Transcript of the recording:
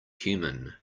human